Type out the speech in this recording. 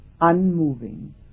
unmoving